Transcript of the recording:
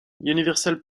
universal